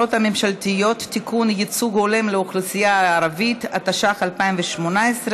החוץ והביטחון להכנה לקריאה ראשונה.